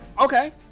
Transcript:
okay